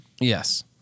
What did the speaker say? Yes